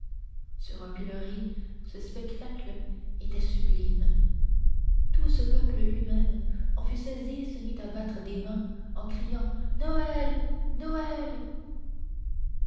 sur un pilori ce spectacle était sublime tout ce peuple lui-même en fut saisi et se mit à battre des mains en criant noël noël